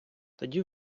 тоді